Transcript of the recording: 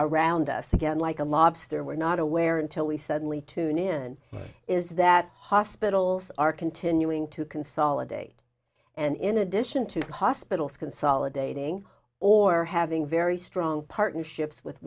around us again like a lobster we're not aware until we suddenly tune in is that hospitals are continuing to consolidate and in addition to hospitals consolidating or having very strong partnerships with